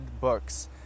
books